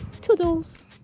Toodles